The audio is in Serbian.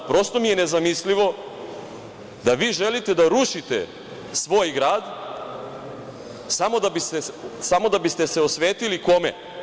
Prosto mi je nezamislivo da vi želite da rušite svoj grad samo da biste se osvetili kome?